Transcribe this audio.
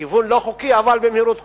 בכיוון לא חוקי אבל במהירות חוקית,